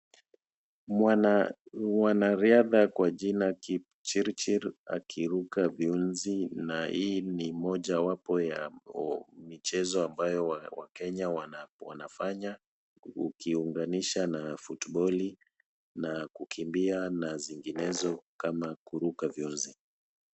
Mwanaridha kwa jina Kipchirchir akiruka viunzi na hii ni moja wapo ya michezo ambayo wakenya wanafanya ukiunganisha na [sc]futboli[sc] na kukimbia na zinginezo kama kuruka viunzi.